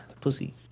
pussy